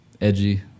Edgy